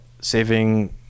Saving